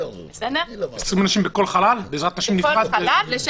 בכל חלל.